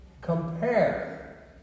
compare